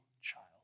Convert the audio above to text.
child